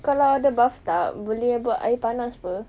kalau ada bathtub boleh buat air panas apa